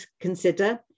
consider